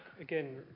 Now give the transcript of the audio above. Again